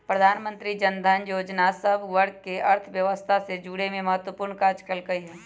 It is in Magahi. प्रधानमंत्री जनधन जोजना सभ वर्गके अर्थव्यवस्था से जुरेमें महत्वपूर्ण काज कल्कइ ह